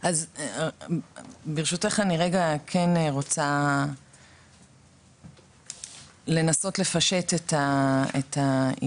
אז ברשותך, אני רגע רוצה לנסות לפשט את העניין